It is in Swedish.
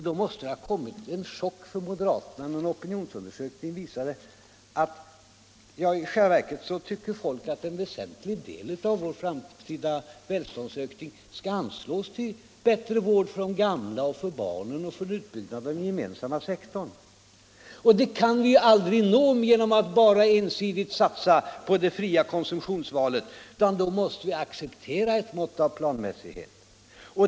Då måste det ha kommit som en chock för moderaterna när en opinionsundersökning visade att folk i själva verket tycker att en väsentlig del av vår framtida välståndsökning skall anslås till bättre vård för de gamla, till barnomsorgen och till utbyggnaden av den gemensamma sektorn. Det kan vi aldrig nå genom att ensidigt satsa på det fria konsumtionsvalet, utan då måste vi acceptera ett mått av planmässighet.